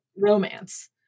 romance